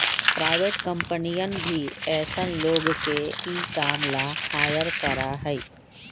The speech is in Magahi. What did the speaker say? प्राइवेट कम्पनियन भी ऐसन लोग के ई काम ला हायर करा हई